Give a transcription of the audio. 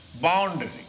boundary